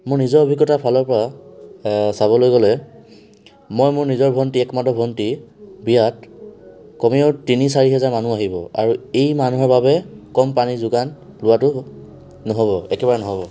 মোৰ নিজৰ অভিজ্ঞতাৰ ফালৰ পৰা চাবলৈ গ'লে মই মোৰ নিজৰ ভন্টি একমাত্ৰ ভন্টি বিয়াত কমেও তিনি চাৰি হাজাৰ মানুহ আহিব আৰু এই মানুহৰ বাবে কম পানী যোগান লোৱাটো নহ'ব একেবাৰে নহ'ব